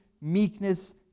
meekness